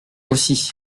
aussi